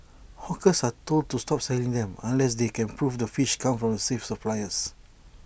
hawkers are told to stop selling them unless they can prove the fish comes from safe suppliers